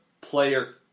player